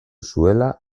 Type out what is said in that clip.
zuela